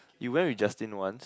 you went with Justin once